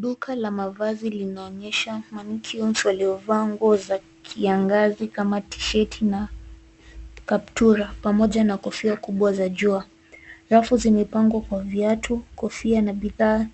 Duka la mavazi li naonyesha Money Gueens waliovaa nguo za kiangazi kama tisheti na kaptura. Pamoja na kofiya kubwa za jua. Rafu zimepangwa kwa viyatu, kofiya na bidhaa